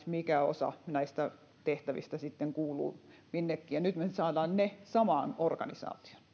mikä osa näistä tehtävistä kuuluu minnekin ja nyt me saamme ne samaan organisaatioon